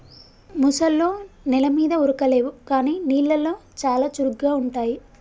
ముసల్లో నెల మీద ఉరకలేవు కానీ నీళ్లలో చాలా చురుగ్గా ఉంటాయి